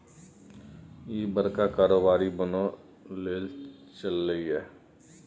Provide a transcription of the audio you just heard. इह बड़का कारोबारी बनय लए चललै ये